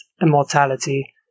immortality